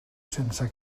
sense